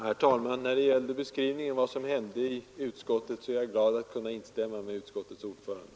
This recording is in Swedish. Herr talman! När det gäller beskrivningen av vad som hände i utskottet är jag glad åt att kunna instämma med utskottets ordförande.